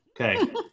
Okay